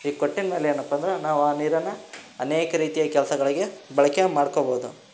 ಈ ಕೊಟ್ಟಿನ ಮೇಲೆ ಏನಪ್ಪ ಅಂದ್ರೆ ನಾವು ಆ ನೀರನ್ನು ಅನೇಕ ರೀತಿಯಾಗಿ ಕೆಲಸಗಳಿಗೆ ಬಳಕೆ ಮಾಡ್ಕೋಬೋದು